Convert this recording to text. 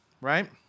right